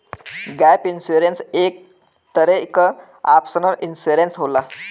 gap insurance एक तरे क ऑप्शनल इंश्योरेंस होला